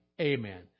Amen